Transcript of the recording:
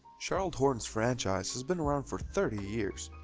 charlotte hornets franchise has been around for thirty years,